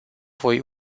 voi